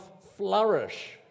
flourish